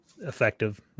effective